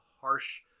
harsh